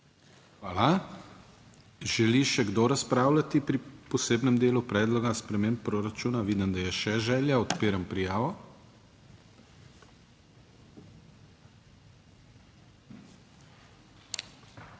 Hvala. Želi še kdo razpravljati pri posebnem delu predloga sprememb proračuna? Vidim, da je še želja. Odpiram prijavo. Imamo